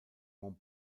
monte